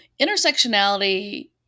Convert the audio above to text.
Intersectionality